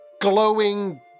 glowing